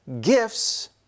gifts